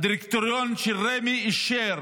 הדירקטוריון של רמ"י אישר